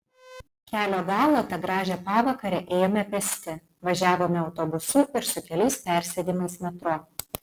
kelio galą tą gražią pavakarę ėjome pėsti važiavome autobusu ir su keliais persėdimais metro